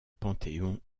panthéon